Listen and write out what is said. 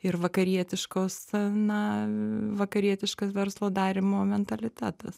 ir vakarietiškos na vakarietiškas verslo darymo mentalitetas